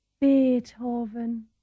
Beethoven